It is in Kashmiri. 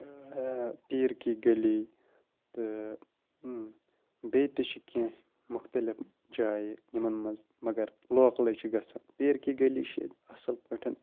آ پیر کی گٔلی تہٕ اۭں بیٚیہِ تہِ چھِ کیٚنہہ مُختٔلِف جایہِ یِمن منٛز مَگر لوکلٕے چھِ گژھان پیٖر کی گٔلی چھِ ییٚتہِ اَصٕل پٲٹھۍ